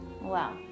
Wow